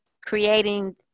creating